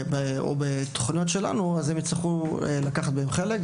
או בתכניות שלנו הם יצטרכו לקחת בהם חלק.